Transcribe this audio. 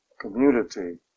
community